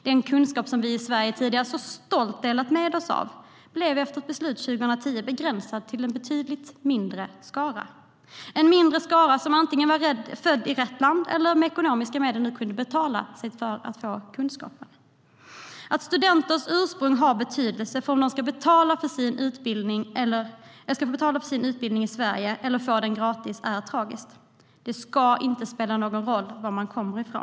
Den kunskap som vi i Sverige tidigare stolt delat med oss av blev efter ett beslut 2010 begränsad till en betydligt mindre skara, en mindre skara som antingen var född i rätt land eller som med ekonomiska medel kunde betala för att få kunskaperna. Att studenters ursprung har betydelse för om de ska betala för sin utbildning i Sverige eller få den gratis är tragiskt. Det ska inte spela någon roll var man kommer ifrån.